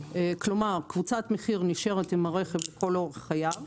כלומר, קבוצת המחיר נשארת עם הרכב לכל אורך חייו.